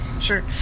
Sure